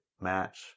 match